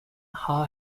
haar